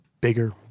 bigger